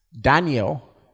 Daniel